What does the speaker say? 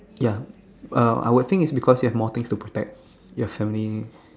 ya uh I would think is because you have more things to protect your family